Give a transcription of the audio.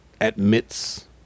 admits